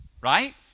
right